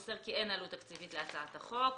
מוסר כי אין עלות תקציבית להצעת החוק.